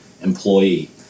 employee